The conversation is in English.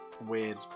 weird